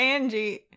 Angie